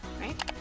right